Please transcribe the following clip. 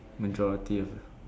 majority ah